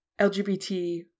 LGBT